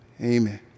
amen